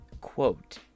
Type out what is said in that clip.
Quote